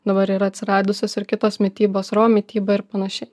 dabar yra atsiradusios ir kitos mitybos raw mityba ir panašiai